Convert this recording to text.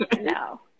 No